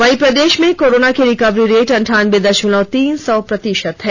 वहीं प्रदेश में कोरोना की रिंकवरी रेट अनठानबे दशमलव तीन नौ प्रतिशत हैं